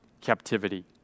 captivity